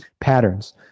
patterns